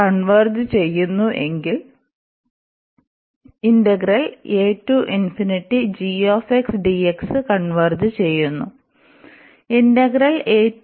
converge ചെയ്യുന്നു എങ്കിൽ converge ചെയ്യുന്നു ii